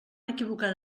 equivocar